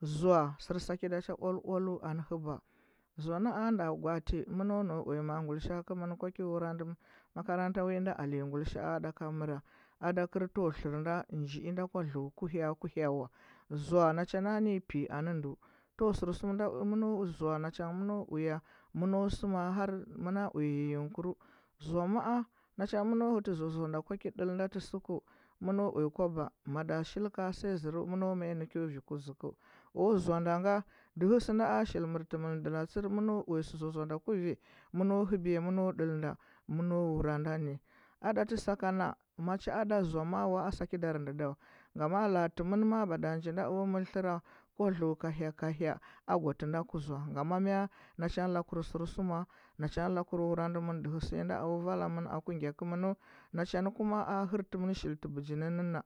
zoa sɚr sakɚda cha oal oalu anɚ hɚba zoa nɚ a nda gwa ati mɚno nau uya ma gullisha’a kɚmɚn kwa ki wurandɚ makaranta wi alenya guilisha. a ɗaka mɚra ada kɚl tɚwa tlɚr nda nji inda kwa dleu ku hya wa zoa na cha na nɚ nyi pi anɚ ndu tɚ a sɚrsum nda mɚno zoa na cha ngɚ mɚ no uya mɚno sɚma har mɚno uya yiynigkuru zoa maa na cha ngɚ mɚno hati zoa-zoa nyi nda kula ki ɗal nda ti suku mɚno uya kwaba mada shili ka shiya zɚru mɚno mai nɚ kyo ui kuȝukɚu o zoa nda nga dɚhɚ sɚ nda a sɚ mɚrti mɚn dalatsui mɚno uya sɚ zoa zoa nda ku vi mɚno hɚbiya mɚno ɗal nda mɚno wura nda nɚ a ɗati sakana ma cha ada zoa ma’a wa a sakɚ dar ndu dawa ngama a la. a tɚ mɚn ma’a badaa nji na o mɚr tlɚra kala dleu ka hya ka hyal a gwa ti nda ku zoa ngama miɚ na cha ngɚ lakur sɚursuma na chan ngɚ lakur wurandɚ mɚn dɚhɚ sɚ mda o vala mɚn ku gya kɚnɚnu nacha ngɚ kuma a hɚrti mɚn shili tɚ bɚgi nɚnnɚ na